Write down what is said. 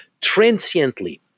transiently